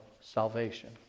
salvation